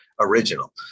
original